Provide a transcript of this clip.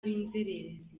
b’inzererezi